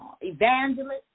evangelist